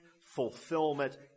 fulfillment